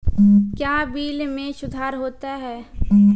क्या बिल मे सुधार होता हैं?